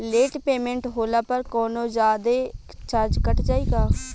Late payment होला पर कौनोजादे चार्ज कट जायी का?